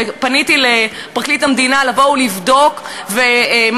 ופניתי לפרקליט המדינה לבוא ולבדוק מה